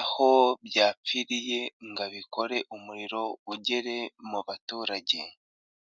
aho byapfiriye ngo abikore umuriro ugere mu baturage.